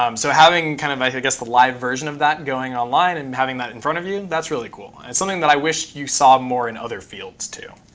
um so having kind of i guess the live version of that, going online and having that in front of you, that's really cool, and it's something that i wish you saw more in other fields too.